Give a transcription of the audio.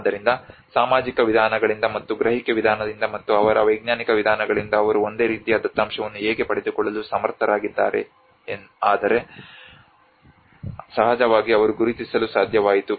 ಆದ್ದರಿಂದ ಸಾಮಾಜಿಕ ವಿಧಾನಗಳಿಂದ ಮತ್ತು ಗ್ರಹಿಕೆ ವಿಧಾನದಿಂದ ಮತ್ತು ಅವರ ವೈಜ್ಞಾನಿಕ ವಿಧಾನಗಳಿಂದ ಅವರು ಒಂದೇ ರೀತಿಯ ದತ್ತಾಂಶವನ್ನು ಹೇಗೆ ಪಡೆದುಕೊಳ್ಳಲು ಸಮರ್ಥರಾಗಿದ್ದಾರೆ ಆದರೆ ಸಹಜವಾಗಿ ಅವರು ಗುರುತಿಸಲು ಸಾಧ್ಯವಾಯಿತು